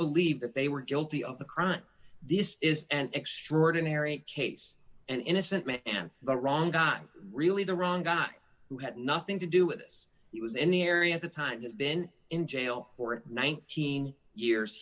believe that they were guilty of the crime this is an extraordinary case an innocent man and the wrong guy really the wrong guy who had nothing to do with this he was in the area at the time he's been in jail for nineteen years